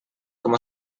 com